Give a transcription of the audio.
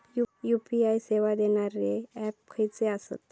UPI सेवा देणारे app खयचे आसत?